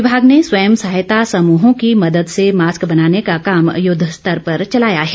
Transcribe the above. विभाग ने स्वयं सहायता समूहों की मदद से मास्क बनाने का काम युद्ध स्तर पर चलाया हुआ है